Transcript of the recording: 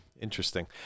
interesting